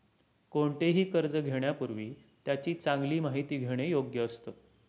कोणतेही कर्ज घेण्यापूर्वी त्याची चांगली माहिती घेणे योग्य असतं